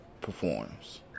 performs